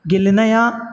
गेलेनाया